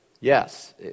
Yes